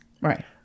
Right